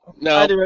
No